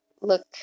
look